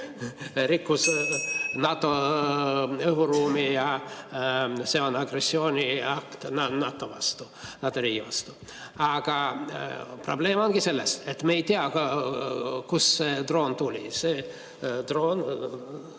rikkus NATO õhuruumi ja see on agressiooniakt NATO vastu, NATO riigi vastu. Aga probleem ongi selles, et me ei tea, kust see droon tuli, see droon